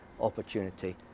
opportunity